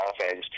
offense